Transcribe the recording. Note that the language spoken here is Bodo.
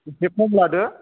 एसे खम लादो